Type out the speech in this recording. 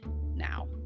now